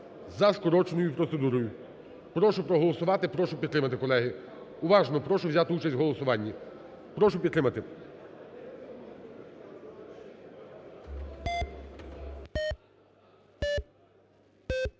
за скороченою процедурою. Прошу проголосувати, прошу підтримати, колеги. Уважно прошу взяти участь у голосуванні. Прошу підтримати.